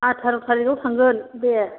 आटार' थारिकआव थांगोन दे